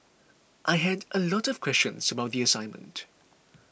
I had a lot of questions about the assignment